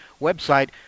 website